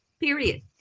period